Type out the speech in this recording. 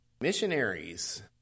Missionaries